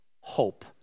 hope